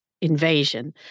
invasion